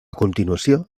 continuació